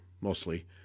mostly